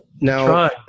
Now